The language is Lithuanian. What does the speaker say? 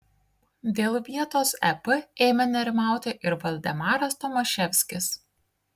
dėl vietos ep ėmė nerimauti ir valdemaras tomaševskis